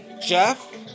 Jeff